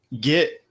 get